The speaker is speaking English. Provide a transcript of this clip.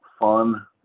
fun